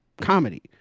comedy